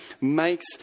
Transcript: makes